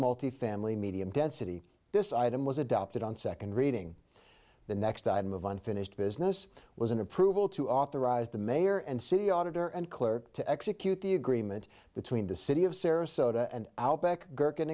multifamily medium density this item was adopted on second reading the next item of unfinished business was an approval to authorize the mayor and city auditor and clerk to execute the agreement between the city of sarasota and outback gerken